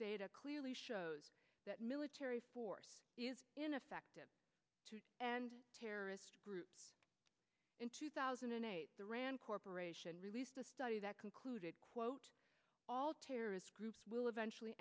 data clearly shows that military force is ineffective and terrorist groups in two thousand and eight the rand corporation released a study that concluded quote all terrorist groups will eventually